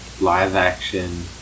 live-action